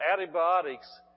antibiotics